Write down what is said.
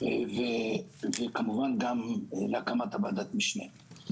והחגיגית וכמובן גם על הקמת ועדת המשנה.